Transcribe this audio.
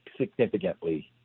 significantly